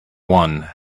one